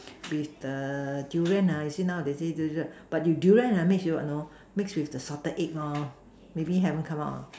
with the Durian ah you see nowadays they say the the but if Durian mix with what you know mix with the salted egg lor maybe haven't come out uh